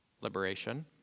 liberation